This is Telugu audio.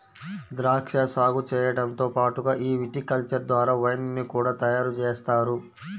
ద్రాక్షా సాగు చేయడంతో పాటుగా ఈ విటికల్చర్ ద్వారా వైన్ ని కూడా తయారుజేస్తారు